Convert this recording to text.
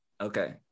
Okay